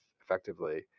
effectively